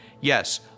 Yes